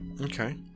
Okay